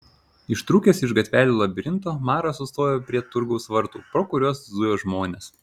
ištrūkęs iš gatvelių labirinto maras sustojo prie turgaus vartų pro kuriuos zujo žmonės